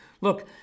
Look